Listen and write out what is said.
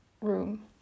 room